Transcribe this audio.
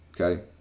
Okay